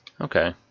Okay